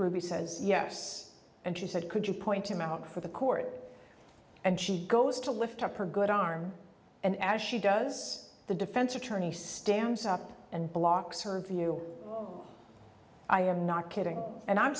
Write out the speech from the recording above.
ruby says yes and she said could you point him out for the court and she goes to lift up her good arm and as she does the defense attorney stands up and blocks her view i am not kidding and i'm